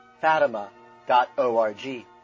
Fatima.org